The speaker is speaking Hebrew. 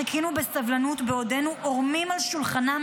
חיכינו בסבלנות בעודנו עורמים על שולחנם